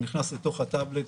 הוא נכנס לתוך הטאבלט,